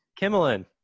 Kimmelin